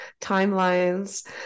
timelines